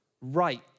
right